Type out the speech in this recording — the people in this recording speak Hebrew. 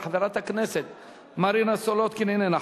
חברת הכנסת רוחמה אברהם, איננה.